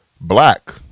Black